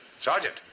Sergeant